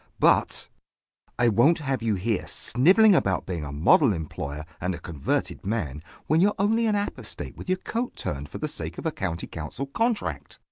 but i won't have you here snivelling about being a model employer and a converted man when you're only an apostate with your coat turned for the sake of a county council contract.